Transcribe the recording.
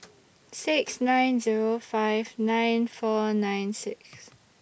six nine Zero five nine four nine six